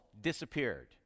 disappeared